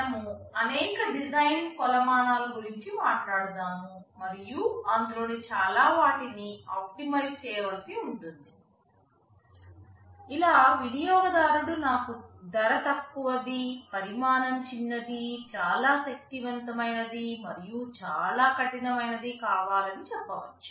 మనము అనేక డిజైన్ కొలమానాలు గురించి మాట్లాడుదాము మరియు అందులోని చాలా వాటిని ఆప్టిమైజ్ చేయవలసి ఉంటుంది ఇలా వినియోగదారుడు నాకు ధర తక్కువ ది పరిమాణం చిన్నది చాలా శక్తివంతమైనది మరియు చాలా కఠినమైనది కావాలని చెప్పవచ్చు